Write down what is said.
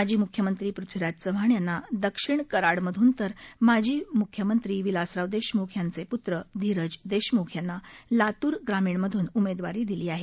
माजी मुख्यमंत्री पृथ्वीराज चव्हाण यांना दक्षिण कराडमधून तर माजी मुख्यमंत्री विलासराव देशमुख यांचे पुत्र धीरज देशमुख यांना लातूर ग्रामीण मधून उमेदवारी दिली आहे